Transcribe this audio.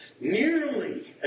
nearly